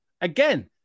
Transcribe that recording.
Again